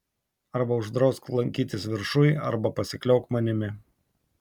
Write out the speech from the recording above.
arba uždrausk lankytis viršuj arba pasikliauk manimi